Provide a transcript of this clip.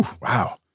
Wow